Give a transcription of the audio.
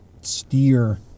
steer